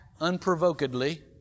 unprovokedly